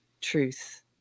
truth